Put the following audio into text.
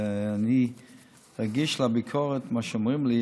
אני רגיש לביקורת שאומרים לי,